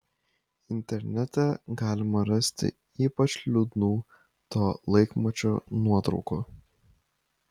internete galima rasti ypač liūdnų to laikmečio nuotraukų